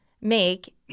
make